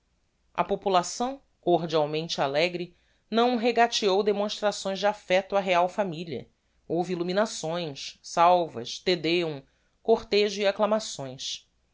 a população cordialmente alegre não regateou demonstrações de affecto á real familia houve illuminações salvas te deum cortejo e acclamações